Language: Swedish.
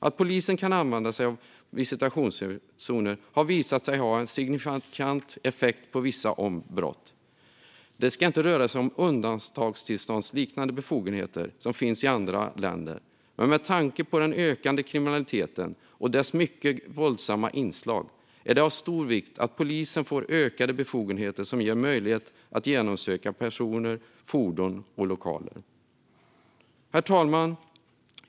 Att polisen kan använda sig av visitationszoner har visat sig ha en signifikant effekt på vissa brott. Det ska inte röra sig om undantagstillståndsliknande befogenheter som finns i andra länder, men med tanke på den ökande kriminaliteten och dess mycket våldsamma inslag är det av stor vikt att polisen får ökade befogenheter som gör det möjligt att visitera personer samt genomsöka fordon och lokaler. Herr talman!